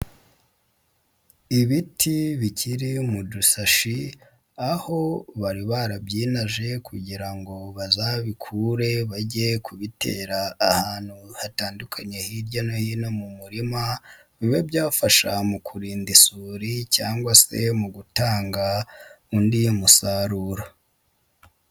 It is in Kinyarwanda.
Ibiti bikiri mu dushashi aho bari barabyinaje kugira ngo bazabikure bajye kutera ahantu hatandukanye hirya no hino mu murima, bibe byafasha mu kurinda isuri cyangwa se mu gutanga undi musaruro.